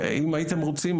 אם הייתם רוצים,